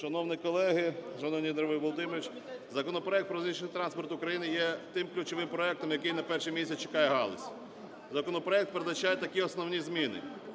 Володимирович! Законопроект про залізничний транспорт України є тим ключовим проектом, який не перший місяць чекає галузь. Законопроект передбачає такі основні зміни: